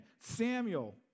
Samuel